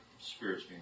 spirits